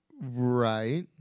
Right